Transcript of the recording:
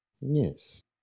Yes